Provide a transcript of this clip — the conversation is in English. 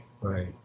right